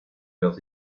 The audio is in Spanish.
los